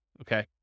okay